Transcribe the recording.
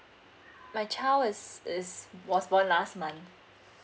my child was is was born last month